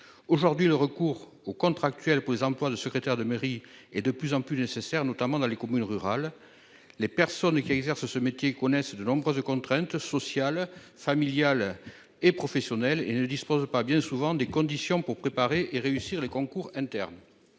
Aujourd'hui, le recours aux contractuels pour les emplois de secrétaire de mairie, et de plus en plus nécessaire notamment dans les communes rurales. Les personnes qui exercent ce métier connaissent de nombreuses contraintes sociales, familiales et professionnelles. Il ne dispose pas bien souvent des conditions pour préparer et réussir les concours internes.